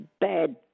bad